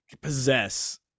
possess